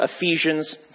ephesians